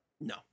No